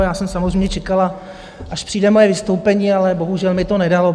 Já jsem samozřejmě čekala, až přijde moje vystoupení, ale bohužel mi to nedalo.